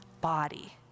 body